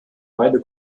beide